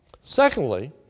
Secondly